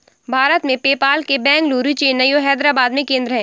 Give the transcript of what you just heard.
भारत में, पेपाल के बेंगलुरु, चेन्नई और हैदराबाद में केंद्र हैं